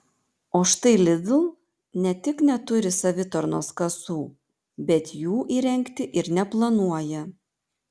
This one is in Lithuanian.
o štai lidl ne tik neturi savitarnos kasų bet jų įrengti ir neplanuoja